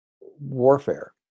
warfare